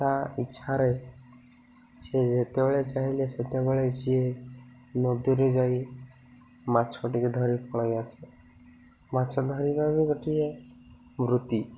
ତା ଇଚ୍ଛାରେ ସିଏ ଯେତେବେଳେ ଚାହିଁଲେ ସେତେବେଳେ ସିଏ ନଦୀରେ ଯାଇ ମାଛ ଟିକେ ଧରି ପଳାଇ ଆସେ ମାଛ ଧରିବା ବି ଗୋଟିଏ ବୃତ୍ତି